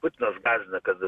putinas gąsdina kad